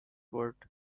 word